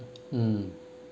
mm